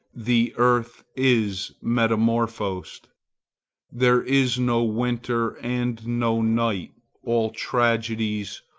the earth is metamorphosed there is no winter and no night all tragedies,